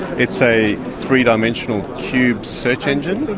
it's a three-dimensional cube search engine.